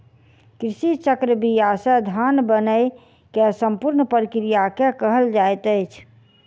कृषि चक्र बीया से धान बनै के संपूर्ण प्रक्रिया के कहल जाइत अछि